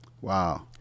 Wow